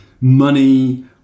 money